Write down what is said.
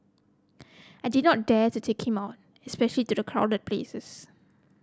I did not dare to take him on especially to crowded places